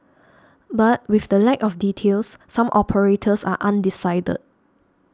but with the lack of details some operators are undecided